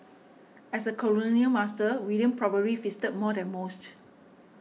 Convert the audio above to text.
as a colonial master William probably feasted more than most